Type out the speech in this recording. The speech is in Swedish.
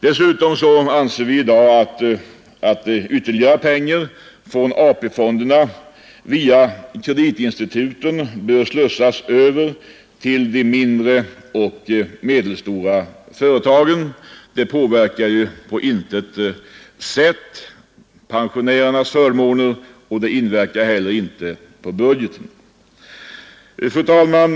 Dessutom anser vi att ytterligare pengar från AP-fonden via kreditinstitut bör slussas över till de mindre och medelstora företagen. Det påverkar på intet sätt pensionärernas förmåner och inverkar inte heller på budgeten. Fru talman!